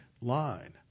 line